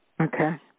Okay